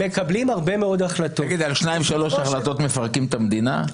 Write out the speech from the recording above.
מקבלים הרבה מאוד החלטות --- על שתיים-שלוש החלטות מפרקים את המדינה?